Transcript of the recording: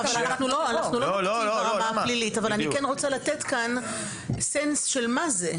אני כן רוצה לתת כאן סנס של מה זה,